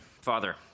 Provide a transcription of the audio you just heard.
Father